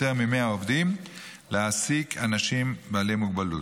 מ-100 עובדים להעסיק אנשים בעלי מוגבלות.